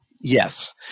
Yes